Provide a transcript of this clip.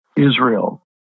Israel